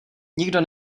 nikdo